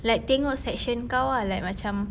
like tengok section kau ah like macam